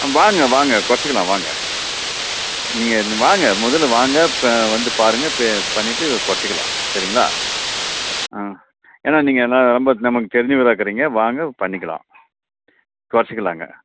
வாங்க வாங்க குறச்சிக்கலாம் வாங்க நீங்கள் வாங்க முதலில் வாங்க வந்து பாருங்கள் பே பண்ணிவிட்டு குறச்சிக்கலாம் சரிங்களா ஆ ஏன்னா நீங்கள் ரொம்ப நமக்கு தெரிஞ்சவராக்குறீங்க வாங்க பண்ணிக்கலாம் குறச்சிக்கலாங்க